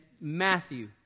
Matthew